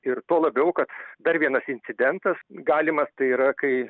ir tuo labiau kad dar vienas incidentas galimas tai yra kai